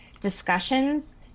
discussions